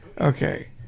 Okay